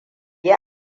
yi